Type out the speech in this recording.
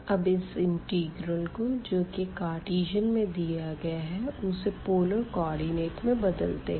अब इस इंटिग्रल को जो की कार्टीजन में दिया गया है उसे पोलर कोऑर्डिनेट में बदलते है